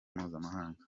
mpuzamahanga